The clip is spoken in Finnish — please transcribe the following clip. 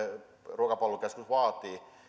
ruokapalvelukeskus vaatii